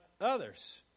others